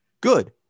good